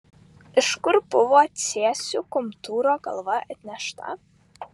iš kur buvo cėsių komtūro galva atnešta